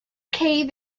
cave